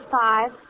five